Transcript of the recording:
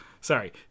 Sorry